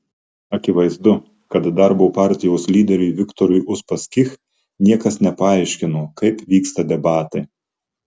akivaizdu kad darbo partijos lyderiui viktorui uspaskich niekas nepaaiškino kaip vyksta debatai